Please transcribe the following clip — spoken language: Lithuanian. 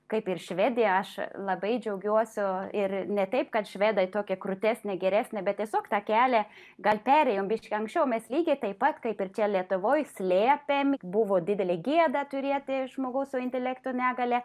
kaip ir švedė aš labai džiaugiuosiu ir ne taip kad švedai toki krūtesni geresni bet tiesiog tą kelią gal perėjom biškį anksčiau mes lygiai taip pat kaip ir čia lietuvoj slėpėm buvo didelė gėda turėti žmogus su intelekto negalia